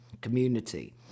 community